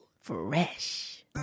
fresh